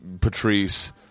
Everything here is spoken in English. Patrice